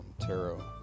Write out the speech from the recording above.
tarot